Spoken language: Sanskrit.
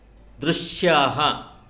दृश्याणि